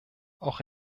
auch